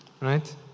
right